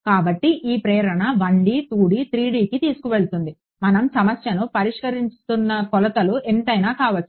కాబట్టి ఈ ప్రేరణ 1D 2D 3Dకి తీసుకువెళుతుంది మనం సమస్యను పరిష్కరిస్తున్న కొలతలు ఎంతైనా కావచ్చు